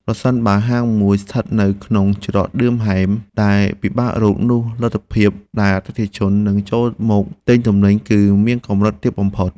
ប្រសិនបើហាងមួយស្ថិតនៅក្នុងច្រកឌឿមហែមដែលពិបាករក នោះលទ្ធភាពដែលអតិថិជននឹងចូលមកទិញទំនិញគឺមានកម្រិតទាបបំផុត។